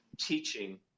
teaching